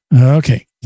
Okay